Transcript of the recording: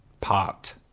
popped